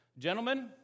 Gentlemen